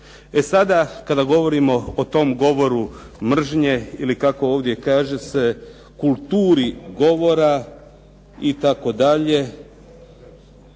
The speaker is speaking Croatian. E sada, kada govorimo o tom govoru mrženje ili kako ovdje kaže se kulturi govora itd. da